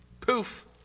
Poof